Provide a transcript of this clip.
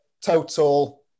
total